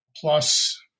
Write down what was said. plus